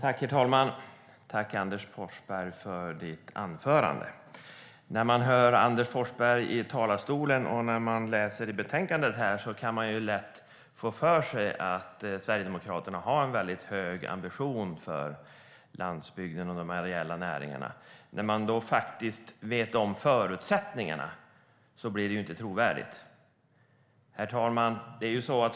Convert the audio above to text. Herr talman! Tack, Anders Forsberg, för ditt anförande! När man hör Anders Forsberg i talarstolen och när man läser i betänkandet kan man ju lätt få för sig att Sverigedemokraterna har en väldigt hög ambition för landsbygden och de areella näringarna. Men när man känner till förutsättningarna blir det inte trovärdigt. Herr talman!